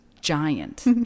Giant